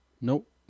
Nope